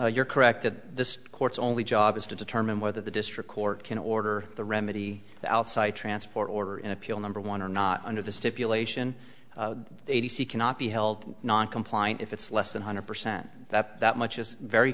and you're correct that this court's only job is to determine whether the district court can order the remedy outside transport order in appeal number one or not under the stipulation a t c cannot be held non compliant if it's less than hundred percent that that much is very